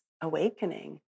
awakening